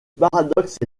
paradoxe